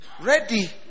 Ready